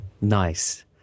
nice